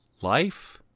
life